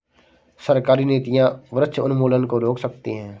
सरकारी नीतियां वृक्ष उन्मूलन को रोक सकती है